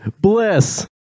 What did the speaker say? bliss